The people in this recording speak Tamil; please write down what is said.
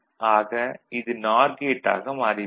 ஆக இது நார் கேட் ஆக மாறிவிடும்